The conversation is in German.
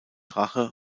rache